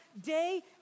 day